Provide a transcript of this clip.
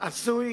עשוי